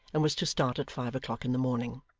and was to start at five o'clock in the morning.